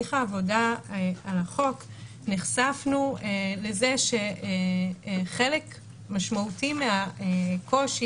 בתהליך העבודה על החוק נחשפנו לזה שחלק משמעותי מהקושי